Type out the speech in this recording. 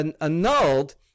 annulled